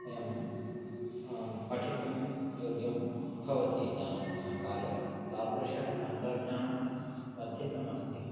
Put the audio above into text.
वयं पठितुं योग्यं भवति इदानीन्तनकाले तादृशं तन्त्रज्ञानं वर्धितम् अस्ति